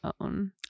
own